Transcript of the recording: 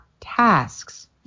tasks